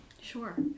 Sure